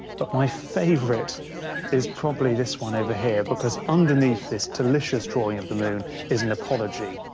but my favourite is probably this one over here, because underneath this delicious drawing of the moon is an apology.